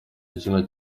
igitsina